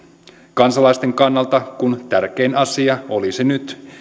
kansalaisten kannalta kun tärkein asia olisi nyt